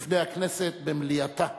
לפני הכנסת במליאתה,